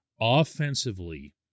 offensively